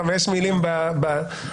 חמש מילים במקסימום.